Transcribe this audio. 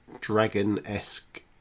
dragon-esque